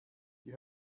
die